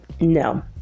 No